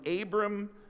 Abram